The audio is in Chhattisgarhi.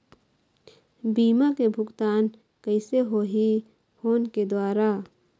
बीमा के भुगतान कइसे होही फ़ोन के द्वारा?